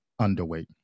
underweight